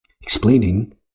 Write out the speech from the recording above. explaining